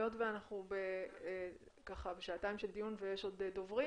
היות ואנחנו בשעתיים של דיון ויש עוד דוברים.